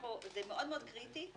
זה מאוד מאוד קריטי,